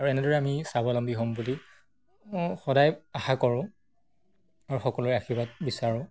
আৰু এনেদৰে আমি স্বাৱলম্বী হ'ম বুলি সদায় আশা কৰোঁ আৰু সকলোৰে আশীৰ্বাদ বিচাৰোঁ